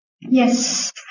Yes